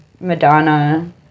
Madonna